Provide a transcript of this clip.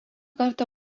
kartą